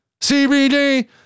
CBD